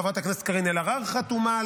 גם חברת הכנסת קארין אלהרר חתומה על